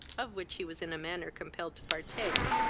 of which he was in a manner compelled to partake,